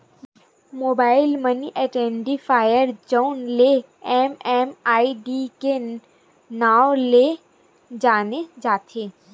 mobile money identifier जउन ल MMID के नांव ले जाने जाथे